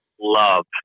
love